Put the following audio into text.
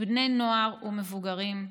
בני נוער ומבוגרים,